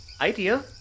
Idea